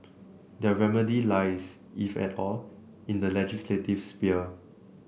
their remedy lies if at all in the legislative sphere